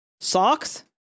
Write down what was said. socks